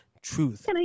truth